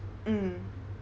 mm